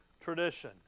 tradition